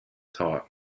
taught